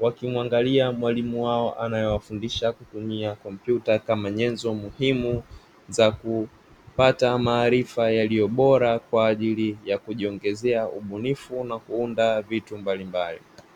wakimuangalia mwalimu wao, anayewafundisha kutumia kompyuta kama nyenzo muhimu za kupata maarifa yaliyo bora, kwa ajili ya kujiongezea ubunifu na kuunda vitu mbalimbali.